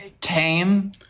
came